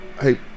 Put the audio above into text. Hey